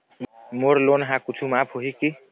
मोर loan हा कुछू माफ होही की?